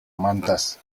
mantas